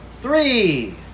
Three